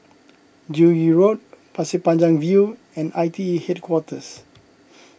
Joo Yee Road Pasir Panjang View and I T E Headquarters